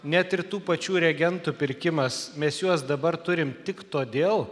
net ir tų pačių reagentų pirkimas mes juos dabar turim tik todėl